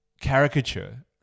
caricature